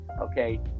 okay